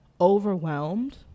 overwhelmed